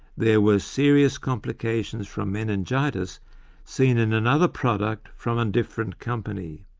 there were serious complications from meningitis seen in another product from a different company.